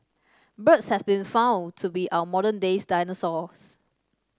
birds have been found to be our modern days dinosaurs